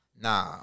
nah